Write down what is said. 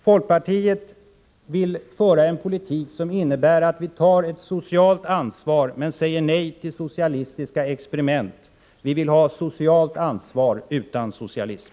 Folkpartiet vill föra en politik som innebär att vi tar ett socialt ansvar men säger nej till socialistiska experiment. Vi vill ha socialt ansvar utan socialism.